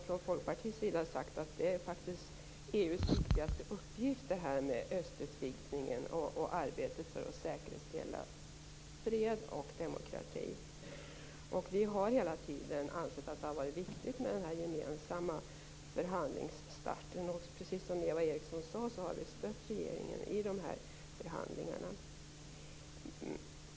Från Folkpartiets sida har vi sagt att östutvidningen och arbetet för att säkerställa fred och demokrati är EU:s viktigaste uppgifter. Vi har hela tiden ansett att det har varit viktigt med en gemensam förhandlingsstart. Precis som Eva Eriksson sade har vi stött regeringen i de här förhandlingarna.